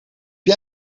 jij